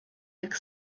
jak